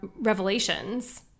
revelations